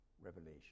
Revelation